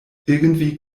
irgendwie